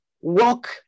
Walk